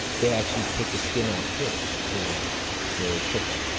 they actually take the skin off first before they cook it.